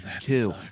two